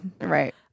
Right